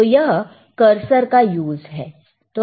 तो यह करसर का यूज है